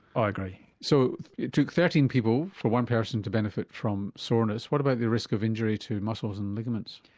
i agree. so it took thirteen people for one person to benefit from soreness, what about the risk of injury to muscles and ligaments?